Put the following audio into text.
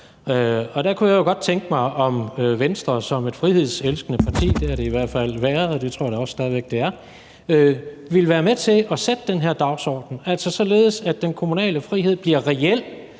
Og der kunne jeg godt tænke mig, at Venstre som et frihedselskende parti – det har det i hvert fald været, og det tror jeg da også stadig væk det er – ville være med til at sætte den her dagsorden, altså således at den kommunale frihed bliver reel,